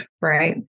right